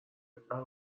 بپره